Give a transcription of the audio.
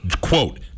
quote